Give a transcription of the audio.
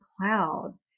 cloud